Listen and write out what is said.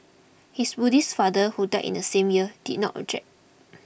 his Buddhist father who died in the same year did not object